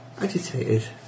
Agitated